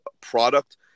product